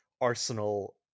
Arsenal